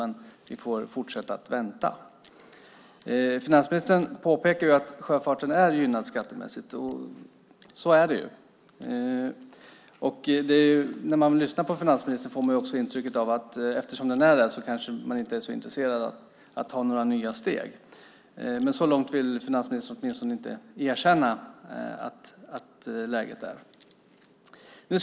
Men vi får fortsätta att vänta. Finansministern påpekar att sjöfarten är gynnad skattemässigt. Så är det. När jag lyssnar på finansministern får jag också intrycket av att eftersom den är det kanske man inte är så intresserad av att ta några nya steg. Men finansministern vill åtminstone inte erkänna att läget är sådant.